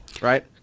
right